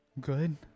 good